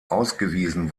ausgewiesen